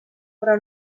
però